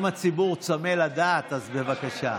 אם הציבור צמא לדעת, אז בבקשה.